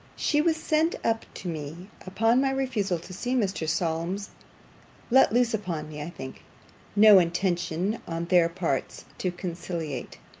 she was sent up to me, upon my refusal to see mr. solmes let loose upon me, i think no intention on their parts to conciliate!